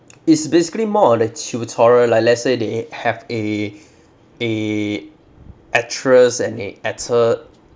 it's basically more of the tutorial like let's say they have a a actress and a actor